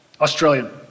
Australian